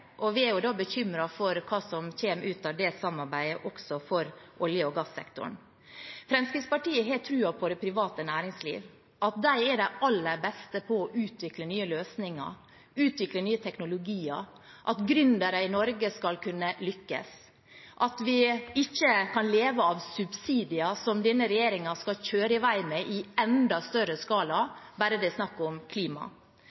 og vi er bekymret for hva som kommer ut av det samarbeidet, også for olje- og gassektoren. Fremskrittspartiet har troen på det private næringslivet –at de er de aller beste på å utvikle nye løsninger og utvikle nye teknologier, at gründere i Norge skal kunne lykkes, og at vi ikke kan leve av subsidier, som denne regjeringen skal kjøre i vei med i enda større